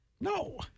No